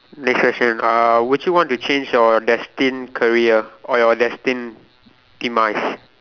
next question uh would you want to change your destined career or your destined demise